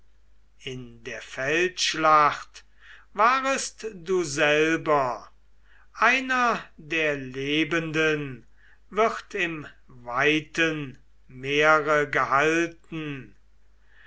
in der feldschlacht warest du selber einer der lebenden wird im weiten meere gehalten